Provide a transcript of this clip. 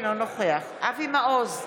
אינו נוכח אבי מעוז,